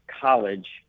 college